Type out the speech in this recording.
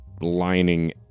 lining